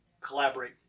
collaborate